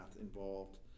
involved